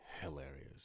hilarious